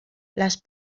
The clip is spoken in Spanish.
las